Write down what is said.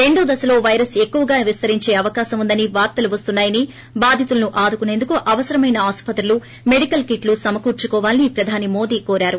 రెండో దశలో వైరస్ ఎక్కువగా విస్తరించే అవకాశం ఉందని వార్తలు వస్తున్నా యని బాధితులను ఆదుకునేందుకు అవసరమైన ఆసుపత్రులు మెడికల్ కిట్లు సమకూర్సుకోవాలని ప్రధాని మోడీ కోరారు